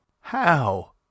How